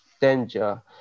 danger